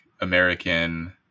American